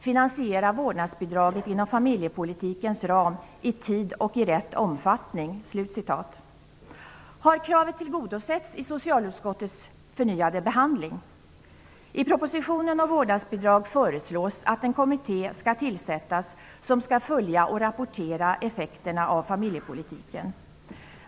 Finansiera vårdnadsbidraget inom familjepolitikens ram i tid och i rätt omfattning.'' Har kravet tillgodosetts vid socialutskottets förnyade behandling? I propositionen om vårdnadsbidrag föreslås att en kommitté skall tillsättas som skall följa och rapportera effekterna av familjepolitiken.